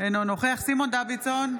אינו נוכח סימון דוידסון,